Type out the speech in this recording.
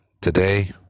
Today